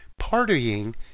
partying